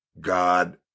God